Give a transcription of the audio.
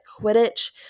Quidditch